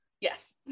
Yes